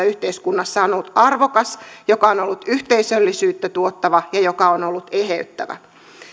yhteiskunnassa on on ollut arvokas joka on on ollut yhteisöllisyyttä tuottava ja joka on ollut eheyttävä